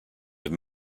have